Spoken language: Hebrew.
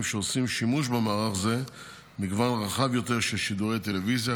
שעושים שימוש במערך זה מגוון רחב יותר של שידורי טלוויזיה,